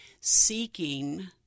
seeking